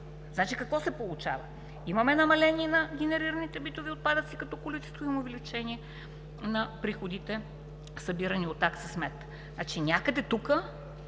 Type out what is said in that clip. Какво се получава? Имаме намаление на генерираните битови отпадъци като количество и имаме увеличение на приходите, събирани от такса смет. Някъде тук